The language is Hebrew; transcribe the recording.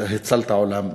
הצלת עולם ומלואו.